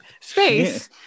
space